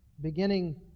beginning